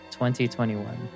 2021